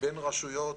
בין רשויות,